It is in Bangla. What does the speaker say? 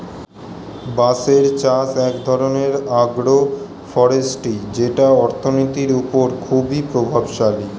বাঁশের চাষ এক ধরনের আগ্রো ফরেষ্ট্রী যেটা অর্থনীতির ওপর খুবই প্রভাবশালী